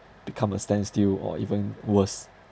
become a standstill or even worse